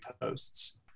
posts